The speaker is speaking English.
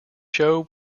show